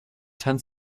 ten